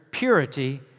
purity